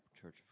Church